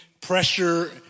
pressure